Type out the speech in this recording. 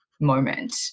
moment